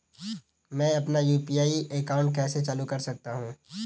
मैं अपना UPI account कैसे चालू कर सकता हूँ?